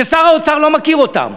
ששר האוצר לא מכיר אותם?